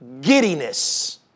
giddiness